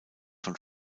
von